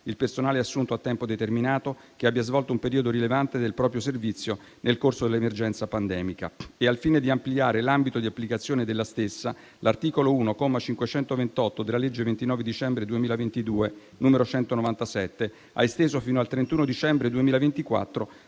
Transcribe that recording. il personale assunto a tempo determinato che abbia svolto un periodo rilevante del proprio servizio nel corso dell'emergenza pandemica. Al fine di ampliare l'ambito di applicazione della stessa, l'articolo 1, comma 528, della legge 29 dicembre 2022, n. 197, ha esteso fino al 31 dicembre 2024